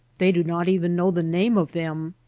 they do not even know the name of them.